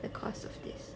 the cost of this